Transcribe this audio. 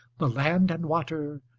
the land and water,